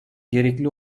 gerekli